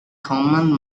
command